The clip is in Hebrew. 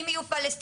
אם יהיו פלסטינים,